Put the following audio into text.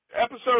Episode